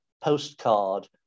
postcard